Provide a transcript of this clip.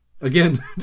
Again